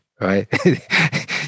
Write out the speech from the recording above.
right